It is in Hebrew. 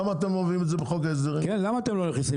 למה אתם לא מביאים את זה בחוק ההסדרים?